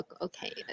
okay